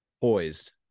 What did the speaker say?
poised